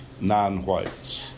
non-whites